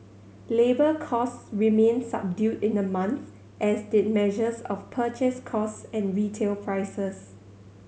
labour costs remained subdued in the month as did measures of purchase costs and retail prices